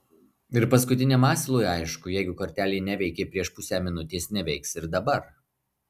ir paskutiniam asilui aišku jeigu kortelė neveikė prieš pusę minutės neveiks ir dabar